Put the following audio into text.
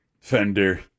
Fender